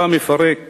בא מפרק